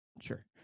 Sure